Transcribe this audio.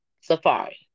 Safari